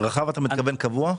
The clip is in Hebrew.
רחב אתה מתכוון קבוע?